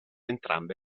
entrambe